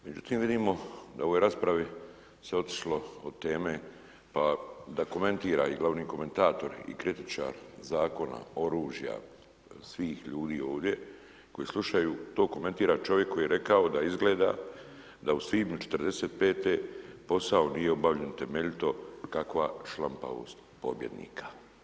Međutim, vidimo da u ovoj raspravi se otišlo od teme pa da komentira i glavni komentatori i kritičar Zakona oružja svih ljudi ovdje koji slušaju, to komentira čovjek koji je rekao - da izgleda da u svibnju 45-te posao nije obavljen temeljito kakva šlampavost pobjednika.